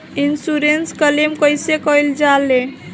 Insurance claim कइसे कइल जा ले?